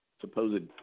supposed